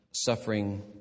suffering